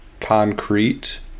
concrete